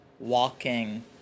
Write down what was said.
walking